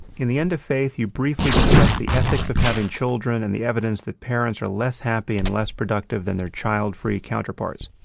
in the end of faith, you briefly discuss the ethics of having children and the evidence that parents are less happy and less productive than their child-free counterparts.